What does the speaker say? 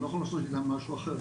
אני לא יכול לעשות איתם משהו אחר,